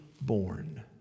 born